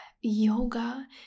yoga